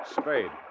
Spade